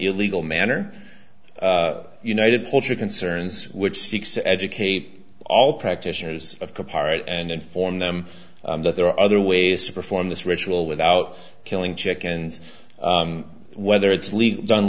illegal manner united poultry concerns which seeks to educate all practitioners of compart and inform them that there are other ways to perform this ritual without killing chickens whether it's legal done